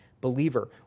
believer